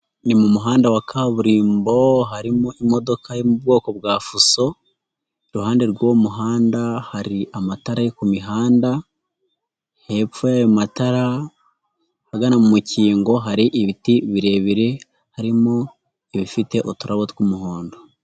Ni mu muhanda wa kaburimbo harimo imodoka yo mu bwoko bwa fuso, iruhande rw'uwo muhanda hari amatara yo ku mihanda, hepfo y'ayo matara ahagana mu mukingo hari ibiti birebire, harimo ibifite uturabo tw'umuhondo.